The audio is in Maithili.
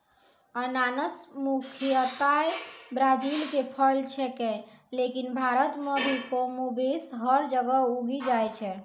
अनानस मुख्यतया ब्राजील के फल छेकै लेकिन भारत मॅ भी कमोबेश हर जगह उगी जाय छै